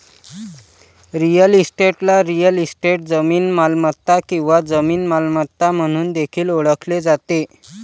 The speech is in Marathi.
रिअल इस्टेटला रिअल इस्टेट, जमीन मालमत्ता किंवा जमीन मालमत्ता म्हणून देखील ओळखले जाते